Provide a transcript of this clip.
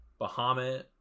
Bahamut